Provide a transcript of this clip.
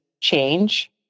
change